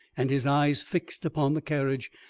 and his eyes fixed upon the carriage,